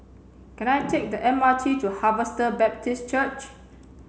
can I take the M R T to Harvester Baptist Church